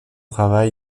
travail